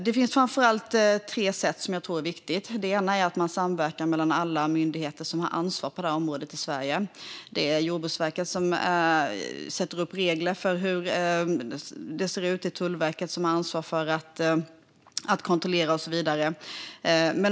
Det finns framför allt tre sätt som jag tror är viktiga för att lyckas med detta. Ett är att man samverkar mellan alla myndigheter som har ansvar på det här området i Sverige. Jordbruksverket sätter upp regler för hur det ska se ut, och Tullverket har ansvar för att kontrollera och så vidare.